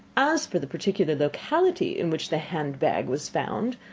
as for the particular locality in which the hand-bag was found,